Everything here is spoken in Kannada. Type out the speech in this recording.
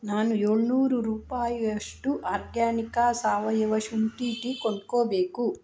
ನಾನು ಏಳ್ನೂರು ರೂಪಾಯಿಯಷ್ಟು ಆರ್ಗ್ಯಾನಿಕಾ ಸಾವಯವ ಶುಂಠಿ ಟಿ ಕೊಂಡ್ಕೋಬೇಕು